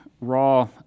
raw